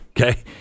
Okay